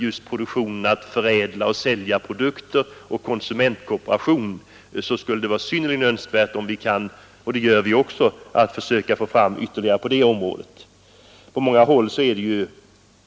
Men när det gäller förädling och försäljning av produkter samt konsumentkooperationen är det synnerligen angeläget att vi försöker göra ytterligare insatser.